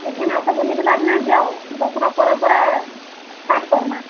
ଆସ ବୁଲି ବୁଲାକି କି ଯାଅ ଦଶହରା ପରେ ପରେ ଷ୍ଟାର୍ଟ କରିବା